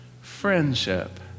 friendship